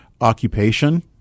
occupation